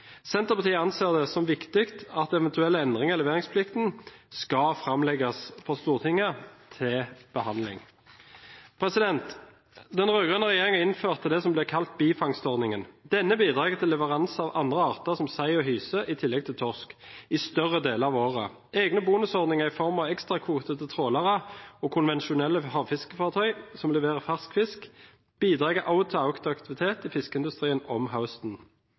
Senterpartiet anser det som viktig at eventuelle endringer i leveringsplikten skal framlegges for Stortinget til behandling. Den rød-grønne regjeringen innførte det som blir kalt bifangstordningen. Denne bidrar til leveranser av andre arter som sei og hyse i tillegg til torsk i større deler av året. Egne bonusordninger i form av ekstrakvoter til trålere og konvensjonelle havfiskefartøy som leverer fersk fisk, bidrar også til økt aktivitet i fiskeindustrien om